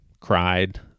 Cried